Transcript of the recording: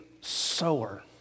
sower